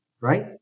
right